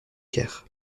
caire